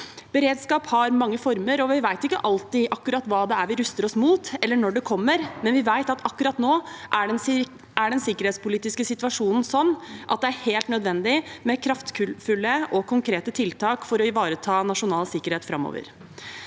Beredskap har mange former. Vi vet ikke alltid akkurat hva det er vi ruster oss mot, eller når det kommer, men vi vet at akkurat nå er den sikkerhetspolitiske situasjonen sånn at det er helt nødvendig med kraftfulle og konkrete tiltak for å ivareta nasjonal sikkerhet framover.